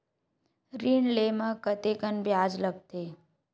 ऋण ले म कतेकन ब्याज लगथे?